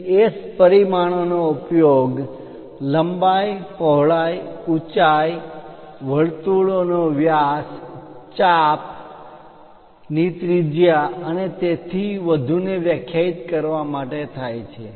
તેથી S પરિમાણોનો ઉપયોગ લંબાઈ પહોળાઈ ઊંચાઈ વર્તુળો નો વ્યાસ ચાપ arc આર્ક વર્તુળનો ભાગ ની ત્રિજ્યા અને તેથી વધુને વ્યાખ્યાયિત કરવા માટે થાય છે